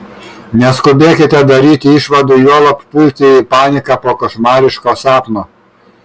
neskubėkite daryti išvadų juolab pulti į paniką po košmariško sapno